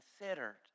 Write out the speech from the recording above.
considered